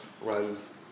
runs